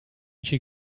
she